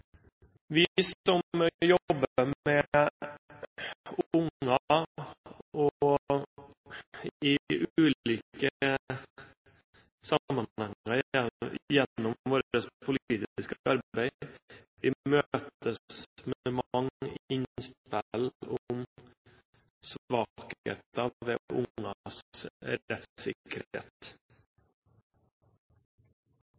Vi som jobber med unger i ulike sammenhenger gjennom vårt politiske arbeid, møtes med mange innspill om svakheter ved ungers rettssikkerhet